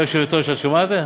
גברתי היושבת-ראש, את שומעת?